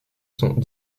sont